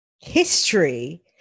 History